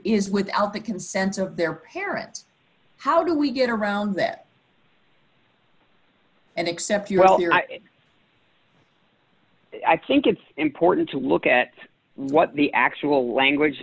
s without the consent of their parents how do we get around that and except you well i think it's important to look at what the actual language